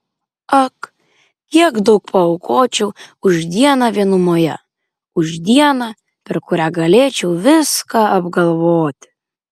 ak kiek daug paaukočiau už dieną vienumoje už dieną per kurią galėčiau viską apgalvoti